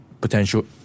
potential